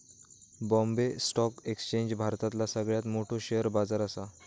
Bombay stock exchange भारतातला सगळ्यात मोठो शेअर बाजार असा